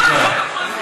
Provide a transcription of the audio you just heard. לא, הוא, חוק המואזין.